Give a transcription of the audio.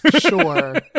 sure